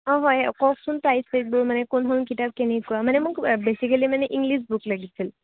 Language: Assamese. অঁ হয় কওকচোন টাইপ চাইপবোৰ মানে কোনখন কিতাপ কেনেকুৱা মানে মোক বেছিকেলি মানে ইংলিছ বুক লাগিছিল